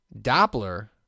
Doppler